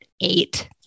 eight